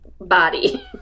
body